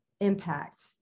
impact